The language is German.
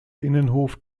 innenhof